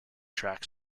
track